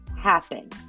happen